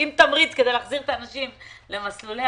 אם תמריץ כדי להחזיר את האנשים למסלולי